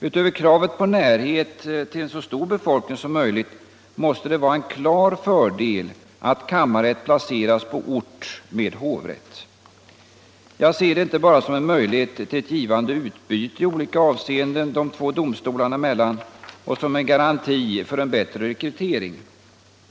Utöver kravet på närhet till en så stor befolkning som möjligt måste det vara en klar fördel att kammarrätt placeras på ort med hovrätt. Jag ser det inte bara som en möjlighet till ett givande utbyte i olika avseenden de två domstolarna emellan och som en garanti för bättre rekrytering.